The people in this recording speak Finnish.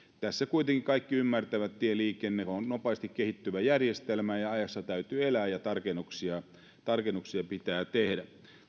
tässä kuitenkin kaikki ymmärtävät että tieliikenne on nopeasti kehittyvä järjestelmä ja ajassa täytyy elää ja tarkennuksia tarkennuksia pitää tehdä